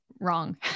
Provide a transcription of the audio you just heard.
wrong